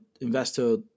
investor